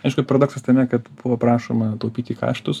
aišku paradoksas tame kad buvo prašoma taupyti kaštus